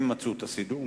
הם מצאו את הסידור,